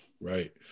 Right